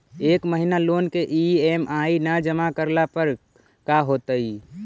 एक महिना लोन के ई.एम.आई न जमा करला पर का होतइ?